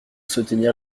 soutenir